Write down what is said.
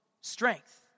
strength